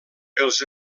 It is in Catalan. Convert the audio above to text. els